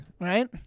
Right